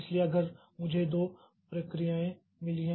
इसलिए अगर मुझे दो प्रक्रियाएं मिली हैं